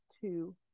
two